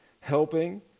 helping